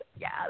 yes